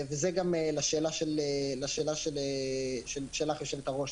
וזה גם לשאלה שלך, יושבת-הראש: